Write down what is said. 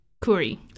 Curry